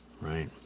right